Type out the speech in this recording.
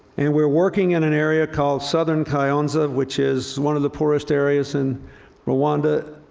and we're working in an area called southern kayonza, which is one of the poorest areas in rwanda,